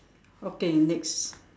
okay next